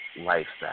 lifestyle